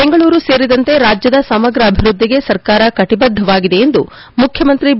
ಬೆಂಗಳೂರು ಸೇರಿದಂತೆ ರಾಜ್ಯದ ಸಮಗ್ರ ಅಭಿವೃದ್ಧಿಗೆ ಸರ್ಕಾರ ಕಟ ಬದ್ಧವಾಗಿದೆ ಎಂದು ಮುಖ್ಯಮಂತ್ರಿ ಬಿ